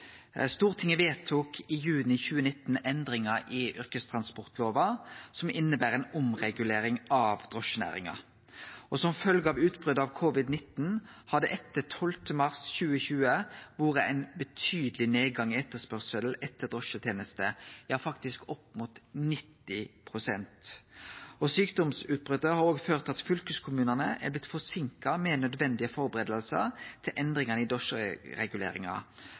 Stortinget vedtok i juni 2019 endringar i yrkestransportlova som inneber ei omregulering av drosjenæringa. Som følgje av utbrotet av covid-19 har det etter 12. mars 2020 vore ein betydeleg nedgang i etterspørselen etter drosjetenester – faktisk opp mot 90 pst. Sjukdomsutbrotet har også ført til at fylkeskommunane er blitt forseinka med nødvendige førebuingar til endringane i